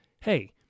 hey